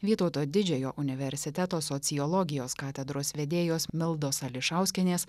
vytauto didžiojo universiteto sociologijos katedros vedėjos mildos ališauskienės